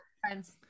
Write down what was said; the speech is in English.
friends